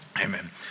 Amen